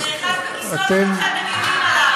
למה אתם כועסים?